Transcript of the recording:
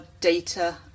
data